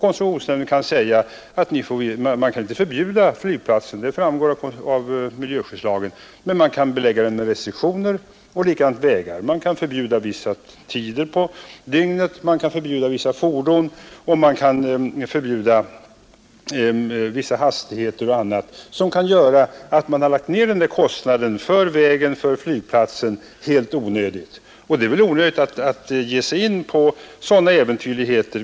Nämnden kan inte förbjuda vägen eller flygplatsen — det framgår av miljöskyddslagen — men anläggningen kan beläggas med restriktioner. Trafiken kan förbjudas vissa tider på dygnet, vissa fordon kan förbjudas liksom vissa hastigheter osv., och det kan göra att huvudmannen har lagt ner kostnaderna för vägen eller för flygplatsen helt förgäves. Det är väl onödigt att ge sig in på sådana äventyrligheter.